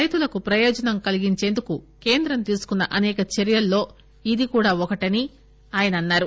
రైతులకు ప్రయోజనం కలిగించేందుకు కేంద్రం తీసుకున్న అసేక చర్యల్లో ఇది కూడా ఒకటని ఆయన తెలిపారు